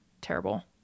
Terrible